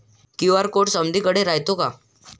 QR code समदीकडे रायतो का?